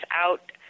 out